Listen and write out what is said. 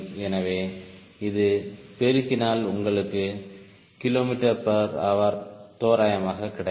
எனவே இது பெருக்கினால் உங்களுக்கு kmh தோராயமாக கிடைக்கும்